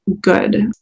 good